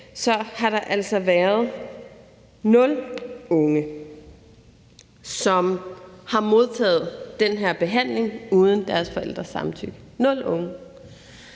har der altså været nul unge, som har modtaget den her behandling uden deres forældres samtykke – nul unge.